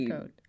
code